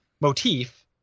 motif